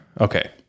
okay